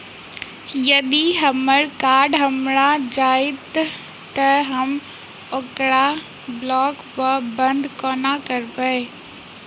यदि हम्मर कार्ड हरा जाइत तऽ हम ओकरा ब्लॉक वा बंद कोना करेबै?